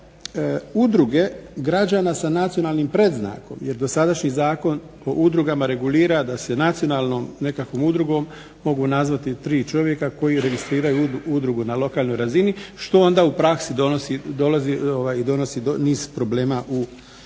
udruge građana sa nacionalnim predznakom. Jer dosadašnji Zakon o udrugama regulira da se nacionalnom nekakvom udrugom mogu nazvati tri čovjeka koji registriraju udrugu na lokalnoj razini što onda u praksi donosi i niz problema oko